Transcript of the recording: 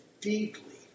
deeply